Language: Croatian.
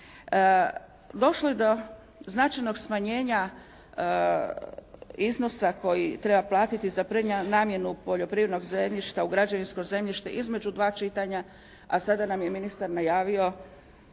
Došlo je do značajnog smanjenja iznosa koji treba platiti za prenamjenu poljoprivrednog zemljišta u građevinsko zemljište između dva čitanja a sada nam je ministar najavio